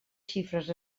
xifres